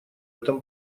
этом